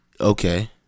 Okay